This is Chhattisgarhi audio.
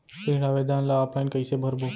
ऋण आवेदन ल ऑफलाइन कइसे भरबो?